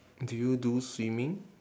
do you do swimming